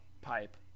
pipe